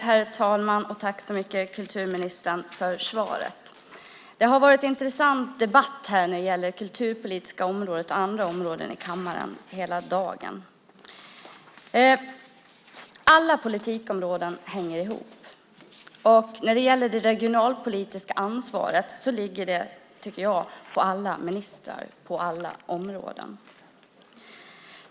Herr talman! Tack så mycket, kulturministern, för svaret! Det har varit en intressant debatt på det kulturpolitiska området och andra områden här i kammaren hela dagen. Alla politikområden hänger ihop, och när det gäller det regionalpolitiska ansvaret ligger det på alla ministrar på alla områden.